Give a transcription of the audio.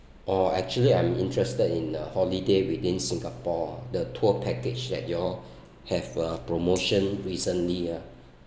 oh actually I'm interested in the holiday within singapore the tour package that you all have a promotion recently ah